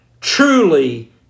truly